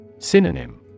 Synonym